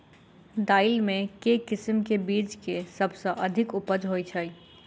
दालि मे केँ किसिम केँ बीज केँ सबसँ अधिक उपज होए छै?